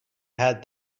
had